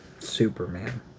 Superman